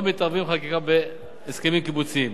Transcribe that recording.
לא מערבים חקיקה בהסכמים קיבוציים.